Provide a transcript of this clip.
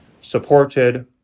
supported